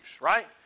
right